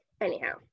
Anyhow